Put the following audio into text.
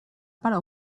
para